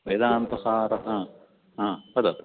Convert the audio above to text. वेदान्तसारः वदतु